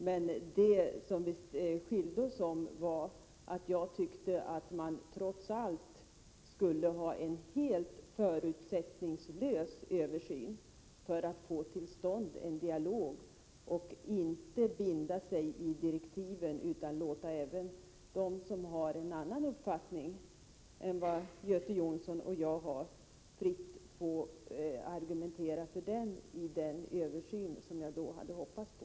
Men vi skilde oss åt i det avseendet att jag tyckte att man trots allt skulle ha en helt förutsättningslös översyn för att få till stånd en dialog. Man skulle inte binda sig i direktiven utan låta även dem som har en annan uppfattning än vad Göte Jonsson och jag har fritt få argumentera för den — i den översyn som jag då hade hoppats på.